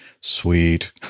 sweet